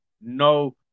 No